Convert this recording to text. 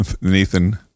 Nathan